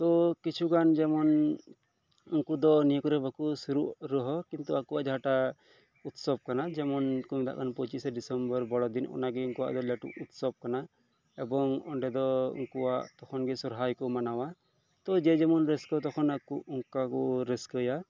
ᱛᱚ ᱠᱤᱪᱷᱩ ᱜᱟᱱ ᱡᱮᱢᱚᱱ ᱩᱝᱠᱩ ᱫᱚ ᱱᱤᱭᱟᱹ ᱠᱚᱨᱮ ᱵᱟᱠᱚ ᱥᱳᱨᱚᱜ ᱨᱮᱦᱚᱸ ᱠᱤᱱᱛᱩ ᱟᱠᱚᱣᱟᱜ ᱡᱟᱦᱟᱸᱴᱟᱜ ᱩᱛᱥᱚᱵᱽ ᱠᱟᱱᱟ ᱡᱮᱢᱚᱱ ᱠᱚ ᱢᱮᱛᱟᱜ ᱠᱟᱱ ᱯᱚᱸᱪᱤᱥᱮ ᱰᱤᱥᱮᱢᱵᱚᱨ ᱵᱚᱲᱚᱫᱤᱱ ᱚᱱᱟ ᱜᱮ ᱩᱱᱠᱩᱣᱟᱜ ᱫᱚ ᱞᱟᱴᱩ ᱩᱛᱥᱚᱵᱽ ᱠᱟᱱᱟ ᱮᱵᱚᱝ ᱚᱸᱰᱮ ᱫᱚ ᱩᱱᱠᱩᱣᱟᱜ ᱛᱚᱠᱷᱚᱱ ᱜᱮ ᱥᱚᱨᱦᱟᱭ ᱠᱚ ᱢᱟᱱᱟᱣᱟ ᱛᱚ ᱡᱮ ᱡᱮᱢᱚᱱ ᱨᱟᱹᱥᱠᱟᱹ ᱛᱚᱠᱷᱚᱱ ᱟᱠᱚ ᱚᱱᱠᱟ ᱠᱚ ᱨᱟᱹᱥᱠᱟᱹᱭᱟ